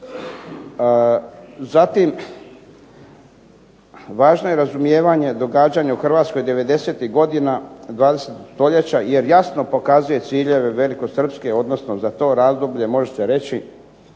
Zatim, važno je razumijevanje događanja u Hrvatskoj devedesetih godina dvadesetog stoljeća jer jasno pokazuje ciljeve velikosrpske, odnosno za to razdoblje može se reći